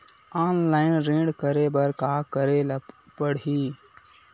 Online ऋण करे बर का करे ल पड़हि?